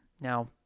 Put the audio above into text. Now